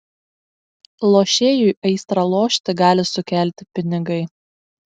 lošėjui aistrą lošti gali sukelti pinigai